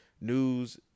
news